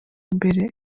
imbere